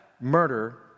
murder